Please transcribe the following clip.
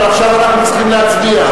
אבל עכשיו אנחנו צריכים להצביע.